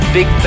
Big